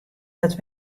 dat